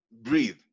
Breathe